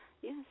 Yes